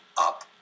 up